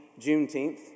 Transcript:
Juneteenth